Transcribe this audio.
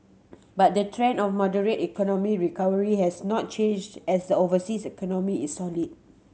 but the trend of moderate economy recovery has not changed as the overseas economy is solid